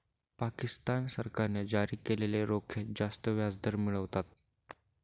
पाकिस्तान सरकारने जारी केलेले रोखे जास्त व्याजदर मिळवतात